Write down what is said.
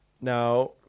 now